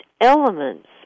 elements